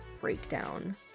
breakdown